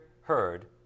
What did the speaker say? heard